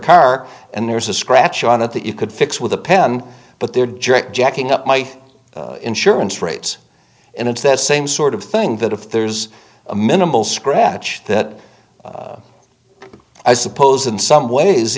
car and there's a scratch on it that you could fix with a pen but they're jet jacking up my insurance rates and it's that same sort of thing that if there's a minimal scratch that i suppose in some ways